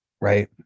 right